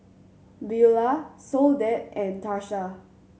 Beulah Soledad and Tarsha